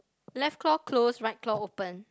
left claw close right claw open